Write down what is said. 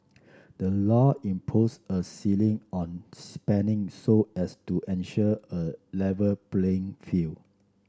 the law imposes a ceiling on spending so as to ensure A Level playing